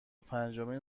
پنجمین